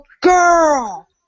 girl